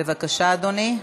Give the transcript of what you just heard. בבקשה, אדוני.